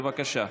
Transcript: בבקשה.